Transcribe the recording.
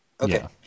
okay